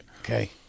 Okay